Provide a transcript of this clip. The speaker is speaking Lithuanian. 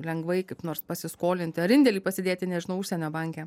lengvai kaip nors pasiskolinti ar indėlį pasidėti nežinau užsienio banke